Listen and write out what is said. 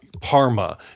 parma